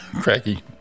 Cracky